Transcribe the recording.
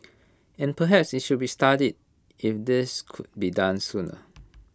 but perhaps IT should be studied if this could be done sooner